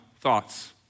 Thoughts